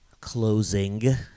Closing